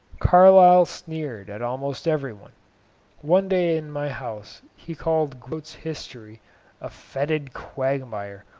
carlyle sneered at almost every one one day in my house he called grote's history a fetid quagmire,